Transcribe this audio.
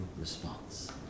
response